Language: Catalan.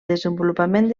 desenvolupament